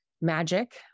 magic